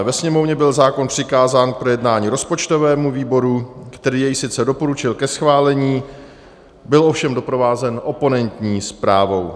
Ve Sněmovně byl zákon přikázán k projednání rozpočtovému výboru, který jej sice doporučil ke schválení, byl ovšem doprovázen oponentní zprávou.